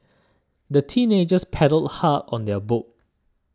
the teenagers paddled hard on their boat